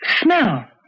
Smell